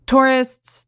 Tourists